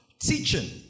teaching